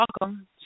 welcome